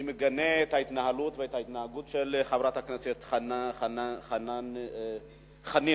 אני מגנה את ההתנהלות וההתנהגות של חברת הכנסת חנין זועבי,